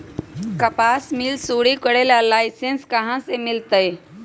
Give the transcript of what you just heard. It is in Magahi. कपास मिल शुरू करे ला लाइसेन्स कहाँ से मिल तय